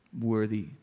worthy